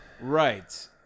right